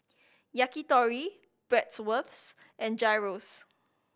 Yakitori Bratwurst and Gyros